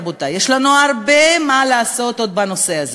רבותי: יש לנו הרבה מה לעשות עוד בנושא הזה,